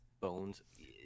bones